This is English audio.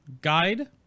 guide